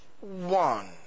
one